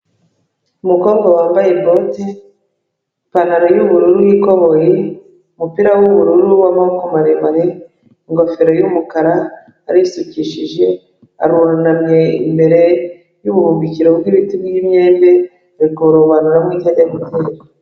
Umukobwa wambaye bote, ipantaro y'ubururu y'ikoboye, umupira w'ubururu w'amaboko maremare, ingofero y'umukara, arisukishije, arunamye imbere y'ubuhumbikero bw'ibiti by'imyembe, ari kurobanuramo ibyo ajya gutera.